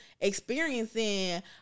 experiencing